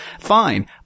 fine